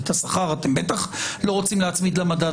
ואת השכר אתם בטח לא רוצים להצמיד למדד,